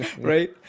right